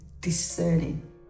discerning